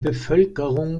bevölkerung